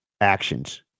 actions